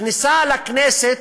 הכניסה לכנסת,